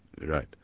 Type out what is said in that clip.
Right